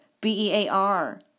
B-E-A-R